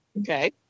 Okay